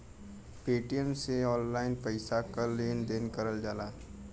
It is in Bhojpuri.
पेटीएम से ऑनलाइन पइसा क लेन देन करल जाला